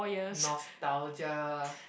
nostalgia